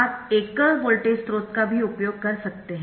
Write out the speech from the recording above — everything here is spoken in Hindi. आप एकल वोल्टेज स्रोत का भी उपयोग कर सकते है